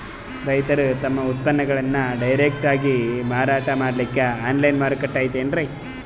ರೈತರು ತಮ್ಮ ಉತ್ಪನ್ನಗಳನ್ನು ಡೈರೆಕ್ಟ್ ಆಗಿ ಮಾರಾಟ ಮಾಡಲಿಕ್ಕ ಆನ್ಲೈನ್ ಮಾರುಕಟ್ಟೆ ಐತೇನ್ರೀ?